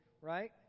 right